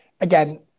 Again